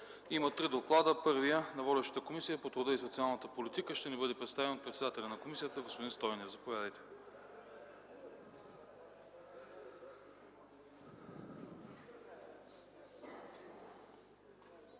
Има три доклада. Първият е на водещата Комисия по труда и социалната политика. Той ще ни бъде представен от председателя на комисията господин Стойнев.